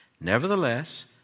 Nevertheless